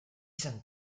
san